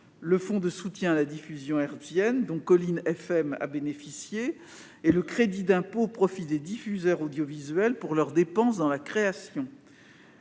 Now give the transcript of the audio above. le fonds de soutien à la diffusion hertzienne, dont Collines FM a bénéficié, et le crédit d'impôt au profit des diffuseurs audiovisuels pour leurs dépenses dans la création.